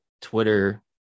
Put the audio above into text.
twitter